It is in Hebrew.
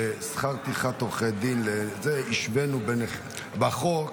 בשכר טרחת עורכי דין השווינו בחוק,